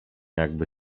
jakby